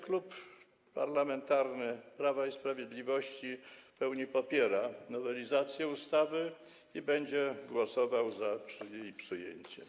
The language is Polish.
Klub Parlamentarny Prawo i Sprawiedliwość w pełni popiera nowelizację ustawy i będzie głosował za jej przyjęciem.